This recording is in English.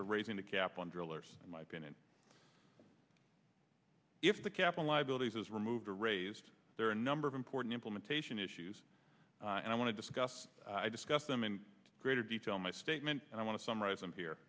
for raising the cap on drillers my opinion if the cap and liabilities is removed or raised there are a number of important implementation issues and i want to discuss i discuss them in greater detail my statement and i want to summarize them here